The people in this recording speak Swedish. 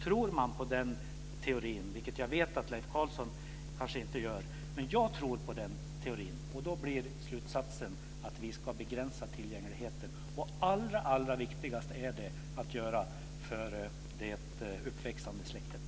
Tror man på den teorin - jag vet att Leif Carlson inte gör det, men jag tror på den - blir slutsatsen att vi ska begränsa tillgängligheten. Allra viktigast är det att göra detta för det uppväxande släktet.